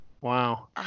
Wow